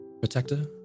protector